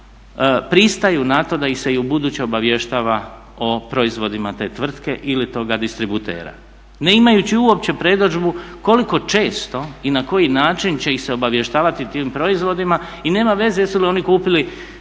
pristaju na to da ih se i ubuduće obavještava o proizvodima te tvrtke ili toga distributera ne imajući uopće predodžbu koliko često i na koji način će ih se obavještavati tim proizvodima i nema veze jel su oni kupili